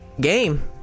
game